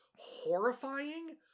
Horrifying